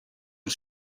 the